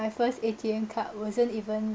my first A_T_M card wasn't even